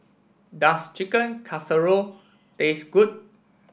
does Chicken Casserole taste good